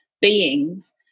beings